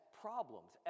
problems